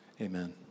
Amen